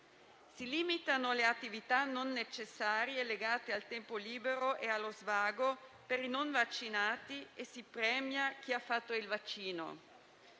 Si limitano le attività non necessarie legate al tempo libero e allo svago per i non vaccinati e si premia chi ha fatto il vaccino.